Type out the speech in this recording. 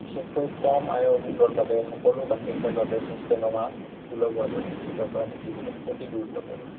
বিশেষকৈ কম আয়ৰ গোটৰ বাবে সকলো বাসিন্দাৰ বাবে স্বাস্থ্যসেৱা সুলভ হোৱাটো নিশ্চিত কৰা নীতিসমূহ অতি গুৰুত্বপূৰ্ণ